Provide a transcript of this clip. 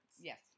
Yes